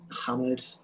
hammered